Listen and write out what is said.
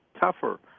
tougher